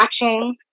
watching